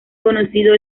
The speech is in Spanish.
conocido